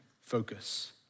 focus